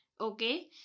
okay